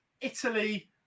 Italy